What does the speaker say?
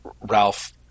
Ralph